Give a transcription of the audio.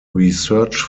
research